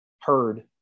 heard